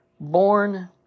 born